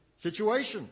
situation